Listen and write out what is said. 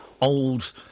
old